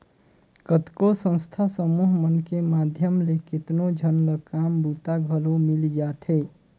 कतको संस्था समूह मन के माध्यम ले केतनो झन ल काम बूता घलो मिल जाथे